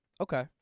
Okay